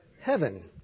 heaven